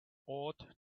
ought